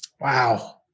Wow